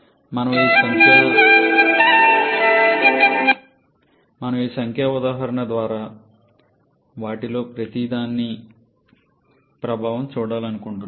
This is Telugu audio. మనము ఈ సంఖ్యా ఉదాహరణ ద్వారా వాటిలో ప్రతి దాని ప్రభావాన్ని చూపించాలనుకుంటున్నాము